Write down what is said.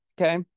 okay